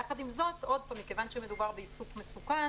יחד עם זאת מכיוון שמדובר בעיסוק מסוכן